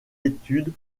études